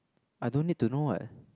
I don't need to know what